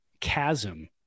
chasm